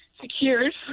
secured